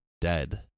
dead